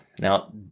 Now